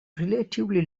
relatively